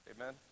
Amen